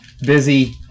busy